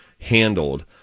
handled